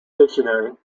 dictionary